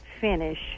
finish